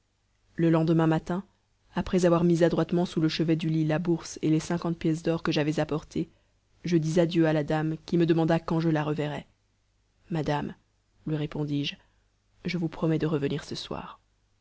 le lendemain matin après avoir mis adroitement sous le chevet du lit la bourse et les cinquante pièces d'or que j'avais apportées je dis adieu à la dame qui me demanda quand je la reverrais madame lui répondis-je je vous promets de revenir ce soir